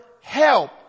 help